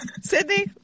Sydney